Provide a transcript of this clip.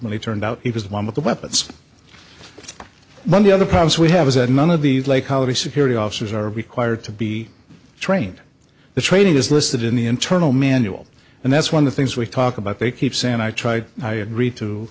ultimately turned out he was one of the weapons when the other problems we have is that none of these lay colony security officers are required to be trained the training is listed in the internal manual and that's one of the things we talk about they keep saying i tried i agreed to